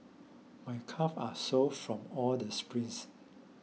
my calves are sore from all the sprints